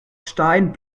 stein